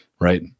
Right